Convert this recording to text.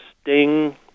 sting